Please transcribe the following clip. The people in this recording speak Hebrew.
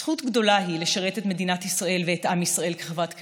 זכות גדולה היא לשרת את מדינת ישראל ואת עם ישראל כחברת הכנסת.